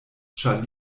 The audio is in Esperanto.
ĉar